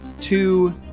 two